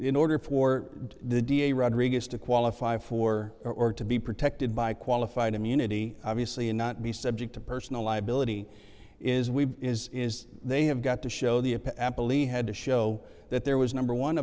in order for the da rodriguez to qualify for or to be protected by qualified immunity obviously and not be subject to personal liability is we is is they have got to show the police had to show that there was number one